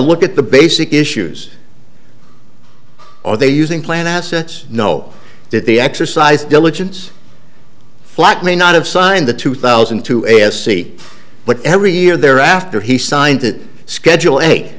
look at the basic issues or are they using plan assets no did the exercise diligence flat may not have signed the two thousand and two a s c but every year thereafter he signed that schedule